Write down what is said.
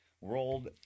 World